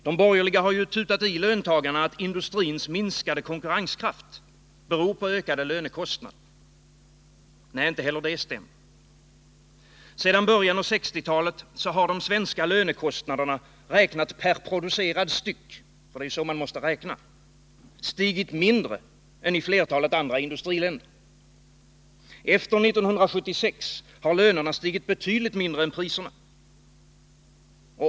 De borgerliga har ju tutat i löntagarna att industrins minskade konkurrenskraft beror på ökade lönekostnader. Nej. inte heller det stämmer. Sedan början av 1960-talet har de svenska lönekostnaderna räknat per producerad styck — det är ju så vi måste räkna — stigit mindre än i flertalet andra industriländer. Efter 1976 har lönerna stigit betydligt mindre än priserna.